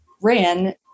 ran